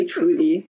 Truly